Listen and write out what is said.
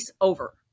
over